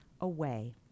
away